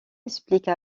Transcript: explique